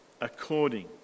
according